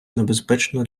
небезпечно